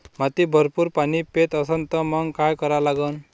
माती भरपूर पाणी पेत असन तर मंग काय करा लागन?